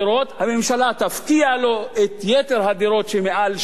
הממשלה תפקיע לו את יתר הדירות שמעל שתיים,